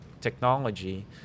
technology